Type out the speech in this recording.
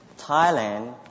Thailand